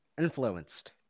influenced